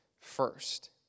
first